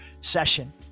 session